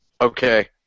okay